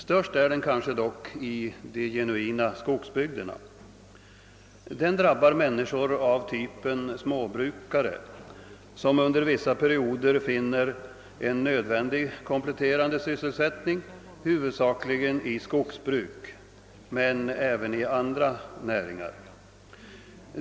Störst är den kanske dock i de genuina skogsbygderna. Den drabbar människor av typen småbrukare som under vissa perioder får en nödvändig, kompletterande sysselsättning huvudsakligen i skogsbruket men även i andra näringar.